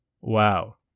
Wow